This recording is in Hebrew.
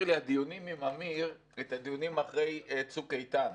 הדיונים עם אמיר מזכירים לי קצת את הדיונים אחרי צוק איתן,